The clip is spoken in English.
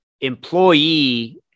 employee